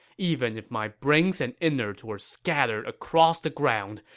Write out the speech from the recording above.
even if my brains and innards were scattered across the ground,